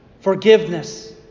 forgiveness